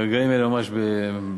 ברגעים אלה ממש בלשכתי,